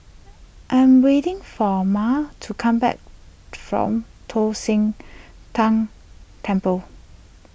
I am waiting for Mal to come back from Tong Sian Tng Temple